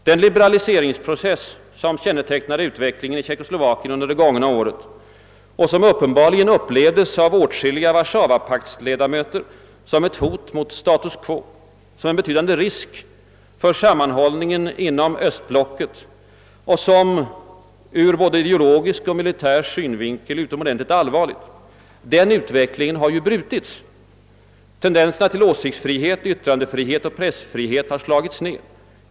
Den liberaliseringsprocess, som kännetecknade utvecklingen i Tjeckoslovakien under det gångna året och som uppenbarligen upplevdes av åtskilliga Warszawapaktsledamöter som ett hot mot status quo, som en betydande risk för sammanhållningen inom östblocket och som ur både ideologisk och militär synvinkel utomordentligt allvarlig, den utvecklingen har nu brutits. Tendenserna till åsiktsfrihet, yttrandefrihet och pressfrihet har slagits ner.